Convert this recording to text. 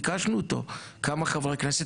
ביקשנו אותו כמה חברי כנסת,